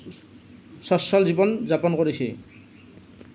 স্বচ্ছল জীৱন যাপন কৰিছে